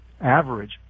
average